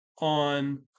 on